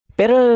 pero